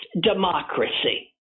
democracy